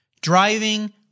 driving